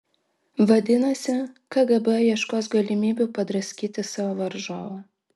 vadinasi kgb ieškos galimybių padraskyti savo varžovą